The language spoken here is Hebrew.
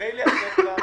כדי לייצר כאן